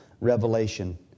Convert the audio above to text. revelation